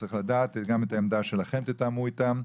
צריך לדעת גם את העמדה שלכם, תתאמו איתם,